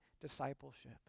discipleship